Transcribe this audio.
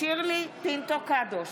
שירלי פינטו קדוש,